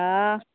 हँ